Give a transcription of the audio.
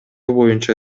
боюнча